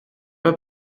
pas